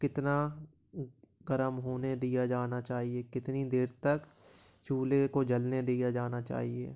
कितना गरम होने दिया जाना चाहिए कितनी देर तक चूल्हे को जलने दिया जाना चाहिए